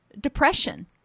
depression